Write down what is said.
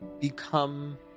become